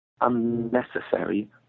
unnecessary